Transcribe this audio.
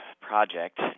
project